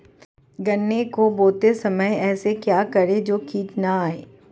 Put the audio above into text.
गन्ने को बोते समय ऐसा क्या करें जो कीट न आयें?